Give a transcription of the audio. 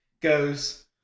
goes